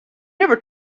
never